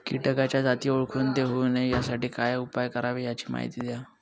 किटकाच्या जाती ओळखून ते होऊ नये यासाठी काय उपाय करावे याची माहिती द्या